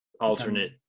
alternate